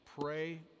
Pray